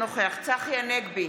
אינו נוכח צחי הנגבי,